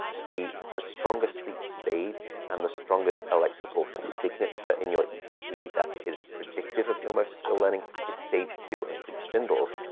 the the strongest sleep stage and the strongest electrical signature in your eeg eeg that is predictive of your motor skill learning is stage two and sleep spindles,